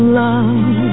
love